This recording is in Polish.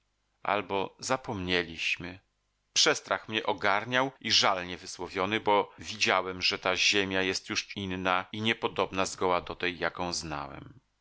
albo zapomnieliśmy przestrach mnie ogarniał i żal niewysłowiony bo widziałem że ta ziemia jest już inna i niepodobna zgoła do tej jaką ja znałem